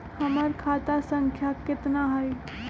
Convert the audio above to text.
हमर खाता संख्या केतना हई?